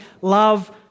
love